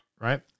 right